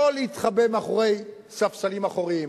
לא להתחבא מאחורי ספסלים אחוריים.